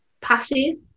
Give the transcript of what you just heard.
passes